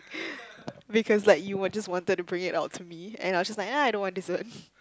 because like you would just wanted to bring it out to me and I was like ah I don't want dessert